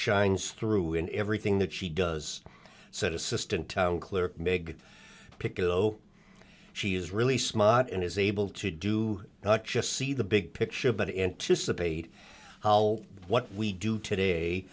shines through in everything that she does said assistant town clerk meg piccolo she is really smart and is able to do not just see the big picture but anticipate how what we do today